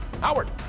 Howard